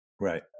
Right